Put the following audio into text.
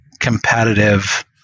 competitive